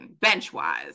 bench-wise